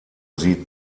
sie